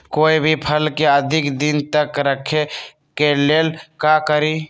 कोई भी फल के अधिक दिन तक रखे के लेल का करी?